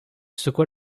secoua